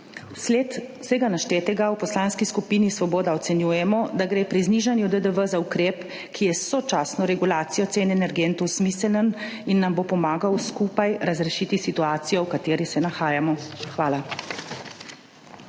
sled vsega naštetega v Poslanski skupini Svoboda ocenjujemo, da gre pri znižanju DDV za ukrep, ki je s sočasno regulacijo cen energentov smiseln in nam bo pomagal skupaj razrešiti situacijo, v kateri se nahajamo. Hvala.